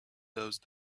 those